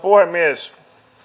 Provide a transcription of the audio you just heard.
puhemies